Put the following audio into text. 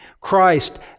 christ